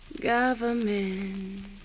government